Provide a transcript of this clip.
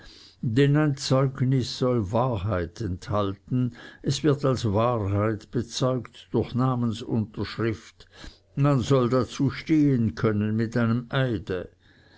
ein zeugnis soll wahrheit enthalten es wird als wahrheit bezeugt durch namensunterschrift man soll dazu stehen können mit einem eide